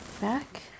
back